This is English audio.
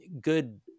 good